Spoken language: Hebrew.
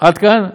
עד כאן?